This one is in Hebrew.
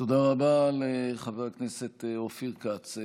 תודה רבה לחבר הכנסת אופיר כץ.